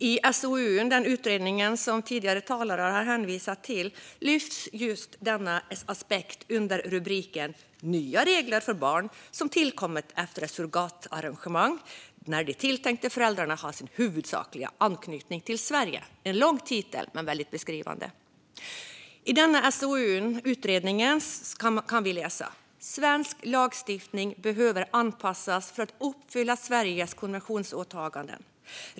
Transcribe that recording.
I den SOU, den utredning, som tidigare talare har hänvisat till lyfts just denna aspekt under rubriken Nya regler om föräldraskap för barn som tillkommit efter ett surrogatarrangemang, när de tilltänkta föräldrarna har sin huvudsakliga anknytning till Sverige. Det är en lång rubrik, och väldigt beskrivande. I SOU:n, utredningen, kan vi läsa: "Svensk lagstiftning behöver anpassas för att uppfylla Sveriges konventionsåtaganden.